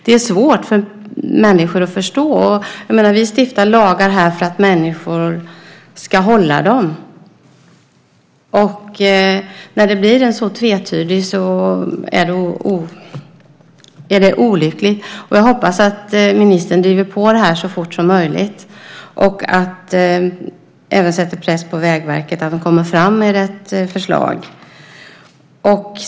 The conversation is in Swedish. Det är svårt för människor att förstå. Vi stiftar lagar här för att människor ska hålla dem. När den blir så tvetydig är det olyckligt. Jag hoppas att ministern driver på det här så fort som möjligt och även sätter press på Vägverket så att de kommer fram med ett förslag.